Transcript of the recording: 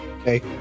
Okay